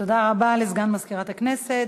תודה רבה לסגן מזכירת הכנסת.